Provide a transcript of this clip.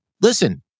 Listen